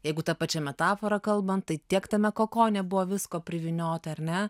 jeigu ta pačia metafora kalbant tai tiek tame kokone buvo visko privyniota ar ne